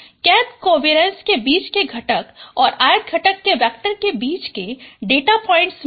kth covariance के बीच के घटक और lth घटक के वेक्टर के बीच के डेटा पॉइंट्स में है